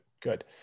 Good